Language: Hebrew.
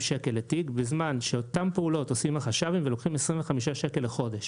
שקל לתיק בזמן שאותן פעולות עושים החש"בים ולוקחים 25 שקל לחודש.